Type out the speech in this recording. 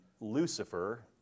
Lucifer